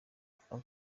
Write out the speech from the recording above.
frank